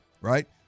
right